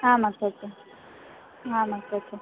आम् अग्रज आम् अग्रज